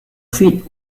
feed